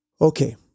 Okay